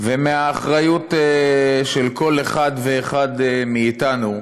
ומהאחריות של כל אחד ואחד מאיתנו